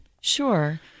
Sure